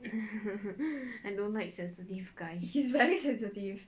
I don't like sensitive guys